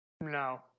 No